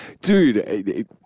dude